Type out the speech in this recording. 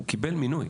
הוא קיבל מינוי